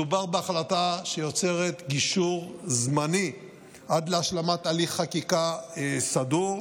מדובר בהחלטה שיוצרת גישור זמני עד להשלמת הליך חקיקה סדור.